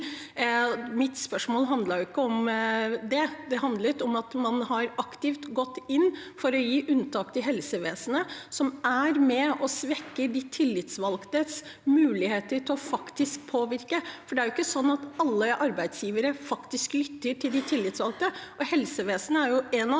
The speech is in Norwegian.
Mitt spørsmål handlet jo ikke om det. Det handlet om at man aktivt har gått inn for å gi unntak til helsevesenet, som er med på å svekke de tillitsvalgtes muligheter til å påvirke. Det er ikke sånn at alle arbeidsgivere faktisk lytter til de tillitsvalgte. Helsevesenet er en av